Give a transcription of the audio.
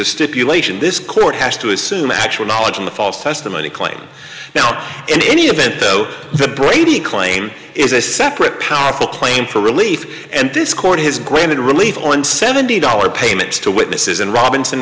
a stipulation this court has to assume actual knowledge of the false testimony claim now in any event though the brady claim is a separate powerful claim for relief and this court has granted relief on seventy dollars payments to witnesses and robinson